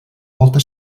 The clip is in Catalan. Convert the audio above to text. volta